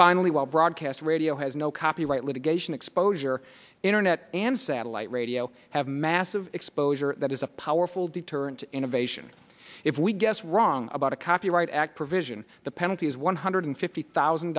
finally while broadcast radio has no copyright litigation exposure internet and satellite radio have massive exposure that is a powerful deterrent to innovation if we guessed wrong about a copyright act provision the penalty is one hundred fifty thousand